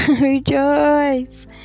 Rejoice